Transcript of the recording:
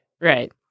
Right